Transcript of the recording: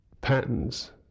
patterns